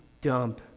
dump